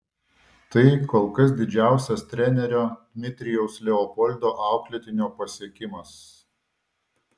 tai kol kas didžiausias trenerio dmitrijaus leopoldo auklėtinio pasiekimas